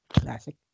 Classic